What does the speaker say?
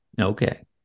Okay